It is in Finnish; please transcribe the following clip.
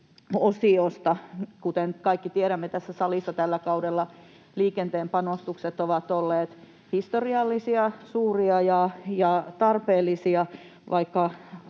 liikenneosiosta. Kuten kaikki tiedämme tässä salissa, tällä kaudella liikenteen panostukset ovat olleet historiallisia, suuria ja tarpeellisia,